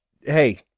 hey